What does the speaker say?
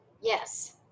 Yes